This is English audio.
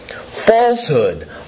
falsehood